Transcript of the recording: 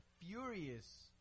furious